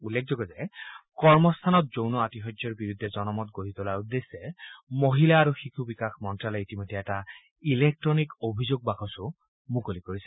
উল্লেখযোগ্য যে কৰ্মস্থানত যৌন আতিশয্যৰ বিৰুদ্ধে জনমত গঢ়ি তোলাৰ উদ্দেশ্যে মহিলা আৰু শিশু বিকাশ মন্তালয়ে ইতিমধ্যে এটা ইলেকট্টনিক অভিযোগ বাকচ মুকলি কৰিছে